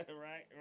right